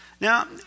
Now